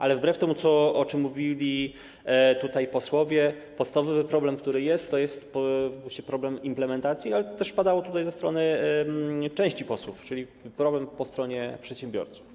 Ale wbrew temu, o czym mówili tutaj posłowie, podstawowy problem, który jest, to jest właśnie problem implementacji - to też padało ze strony części posłów - czyli problem po stronie przedsiębiorców.